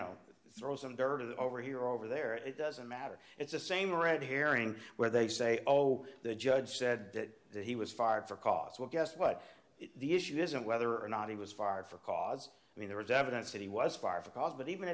know throw some dirt over here over there it doesn't matter it's the same red herring where they say oh the judge said that he was fired for cause well guess what the issue isn't whether or not he was fired for cause i mean there was evidence that he was fired for cause but even